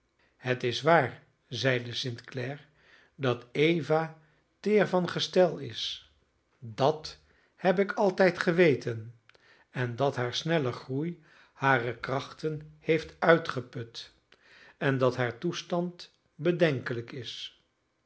het is waar zeide st clare dat eva teer van gestel is dat heb ik altijd geweten en dat haar snelle groei hare krachten heeft uitgeput en dat haar toestand bedenkelijk is